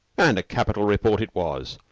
and a capital report it was.